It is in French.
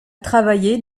travaillé